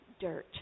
dirt